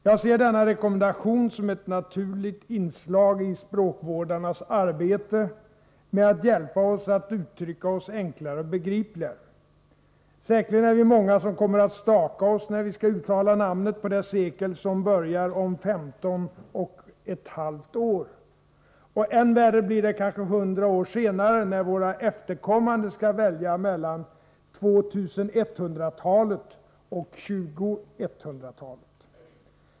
Jag ser denna rekommendation som ett naturligt inslag i språkvårdarnas arbete med att hjälpa oss alla att uttrycka oss enklare och begripligare. Säkerligen är vi många som kommer att staka oss när vi skall uttala namnet på det sekel som börjar om femton och ett halvt år, och än värre blir det kanske hundra år senare när våra efterkommande skall välja mellan tvåtusenetthundratalet och tjugoetthundratalet.